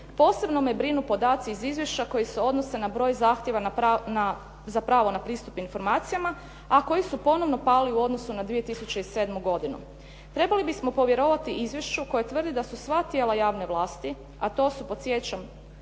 posebno me brinu podaci iz izvješća koji se odnose na broj zahtjeva za pravo na pristup informacijama, a koji su ponovno pali u odnosu 2007. godinu. Trebali bismo povjerovati izvješću koje tvrdi da su sva tijela javne vlasti, a to su podsjećam